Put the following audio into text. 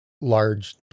large